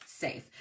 safe